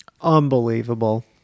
Unbelievable